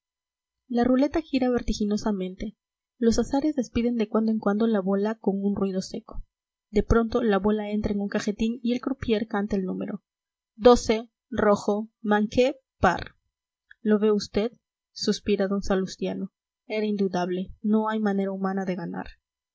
la ruleta gira vertiginosamente los azares despiden de cuando en cuando la bola con un ruido seco de pronto la bola entra en un cajetín y el croupier canta el número doce rojo manque par lo ve usted suspira d salustiano era indudable no hay manera humana de ganar